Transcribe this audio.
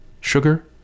Sugar